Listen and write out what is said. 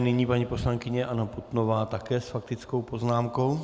Nyní paní poslankyně Anna Putnová, také s faktickou poznámkou.